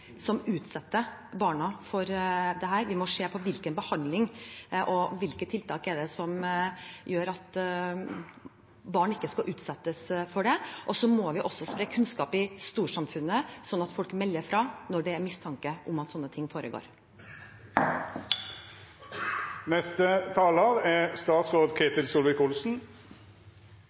som utsetter barna for dette. Vi må se på hvilken behandling og hvilke tiltak som gjør at barn ikke skal utsettes for dette. Og så må vi også spre kunnskap i storsamfunnet, slik at folk melder fra når det er mistanke om at slike ting foregår. Replikkordskiftet er